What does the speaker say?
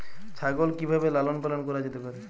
ছাগল কি ভাবে লালন পালন করা যেতে পারে?